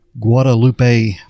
guadalupe